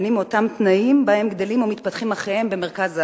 מאותם תנאים שבהם גדלים או מתפתחים אחיהם במרכז הארץ?